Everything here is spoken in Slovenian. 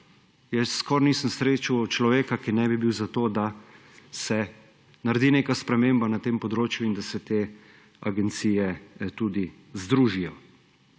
Jaz skoraj nisem slišal človeka, ki ne bi bil za to, da se naredi neka sprememba na tem področju in da se te agencije tudi združijo.